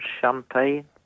Champagne